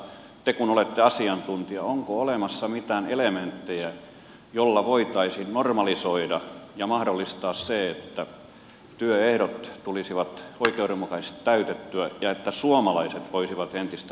onko olemassa te kun olette asiantuntija mitään elementtejä joilla voitaisiin tilanne normalisoida ja mahdollistaa se että työehdot tulisivat oikeudenmukaisesti täytettyä ja että suomalaiset voisivat entistä enemmän tehdä näitä töitä